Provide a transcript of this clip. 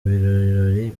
birori